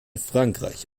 frankreich